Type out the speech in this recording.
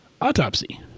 autopsy